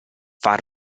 far